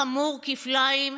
חמור כפליים,